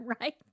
right